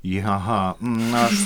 į haha na aš